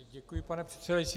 Děkuji, pane předsedající.